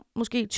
måske